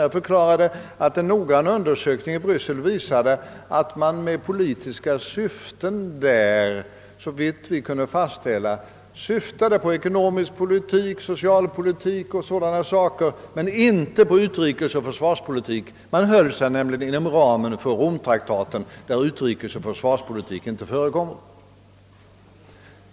Jag förklarade att en noggrann undersökning i Bryssel visat, att man där med politiska syften såvitt man kunde fastställa avsåg ekonomisk politik, social politik och dylikt men inte utrikesoch försvarspolitik. Man höll sig nämligen inom ramen för Romtraktaten, där utrikesoch försvarspolitik inte nämns.